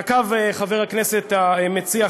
ונקב חבר הכנסת המציע,